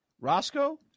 Roscoe